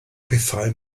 pethau